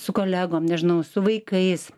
su kolegom nežinau su vaikais